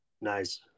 Nice